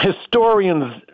Historians